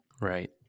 Right